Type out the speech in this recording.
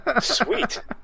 Sweet